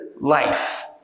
life